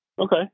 Okay